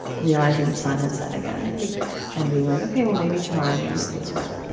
realizing the sun had set again and being like, okay, well, maybe tomorrow i'm going to make this work